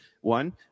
One